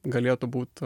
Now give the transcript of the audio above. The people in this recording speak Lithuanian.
galėtų būt